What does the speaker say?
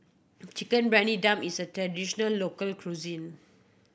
Chicken Briyani Dum is a traditional local cuisine